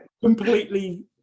completely